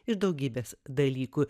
iš daugybės dalykų